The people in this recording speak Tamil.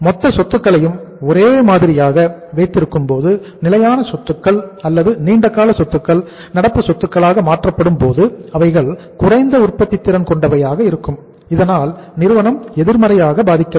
மொத்த சொத்துக்களையும் ஒரே மாதிரியாக வைத்திருக்கும்போது நிலையான சொத்துக்கள் அல்லது நீண்டகால சொத்துக்கள் நடப்பு சொத்துக்களாக மாற்றப்படும்போது அவைகள் குறைந்த உற்பத்தித் திறன் கொண்டவையாக இருக்கும் இதனால் நிறுவனம் எதிர்மறையாக பாதிக்கப்படும்